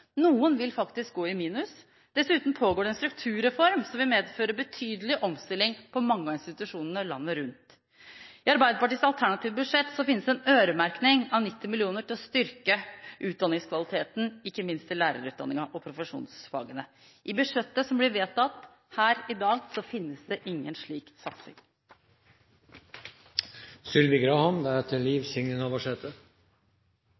Noen vil faktisk gå i minus. Dessuten pågår det en strukturreform som vil medføre betydelig omstilling for mange institusjoner landet rundt. I Arbeiderpartiets alternative budsjett finnes en øremerking av 90 mill. kr til å styrke utdanningskvaliteten, ikke minst i lærerutdanningen og profesjonsfagene. I budsjettet som blir vedtatt her i dag, finnes det ingen slik